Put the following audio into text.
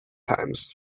times